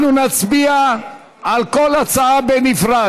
אנחנו נצביע על כל הצעה בנפרד.